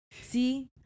See